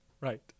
Right